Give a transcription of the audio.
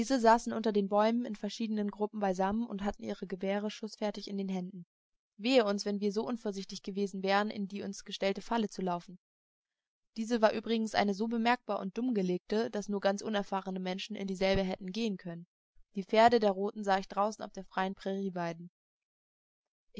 saßen unter den bäumen in verschiedenen gruppen beisammen und hatten ihre gewehre schußfertig in den händen wehe uns wenn wir so unvorsichtig gewesen wären in die uns gestellte falle zu laufen diese war übrigens eine so bemerkbar und dumm gelegte daß nur ganz unerfahrene menschen in dieselbe hätten gehen können die pferde der roten sah ich draußen auf der freien prärie weiden